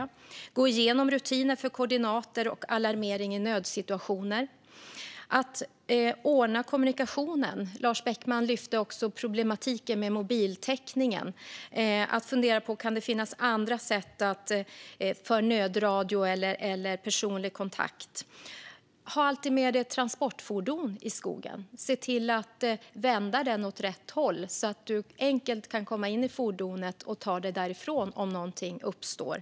Man ska också gå igenom rutiner för koordinater och alarmering i nödsituationer. Lars Beckman lyfte problematiken med mobiltäckningen, och man kan behöva fundera på om det finns andra sätt att ordna kommunikationen - som nödradio eller personlig kontakt. Man ska alltid ha med sig transportfordon i skogen och se till att vända det åt rätt håll så att man enkelt kan komma in i fordonet och ta sig därifrån om behov uppstår.